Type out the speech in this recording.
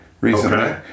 recently